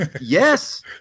Yes